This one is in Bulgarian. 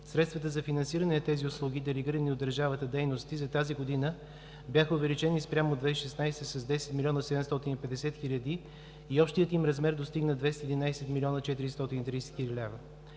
Средствата за финансиране на тези услуги, делегирани от държавата дейности за тази година бяха увеличени спрямо 2016 г. с 10 млн. 750 хил. лв. и общият им размер достигна 211 млн. 431 хил.